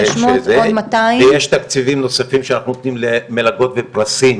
ויש תקציבים נוספים שאנחנו נותנים למלגות ופרסים,